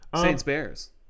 Saints-Bears